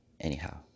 Anyhow